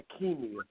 leukemia